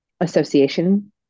association